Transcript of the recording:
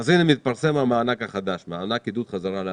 הנה, מתפרנס המענק החדש של עידוד חזרה לעבודה.